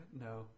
No